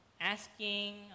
asking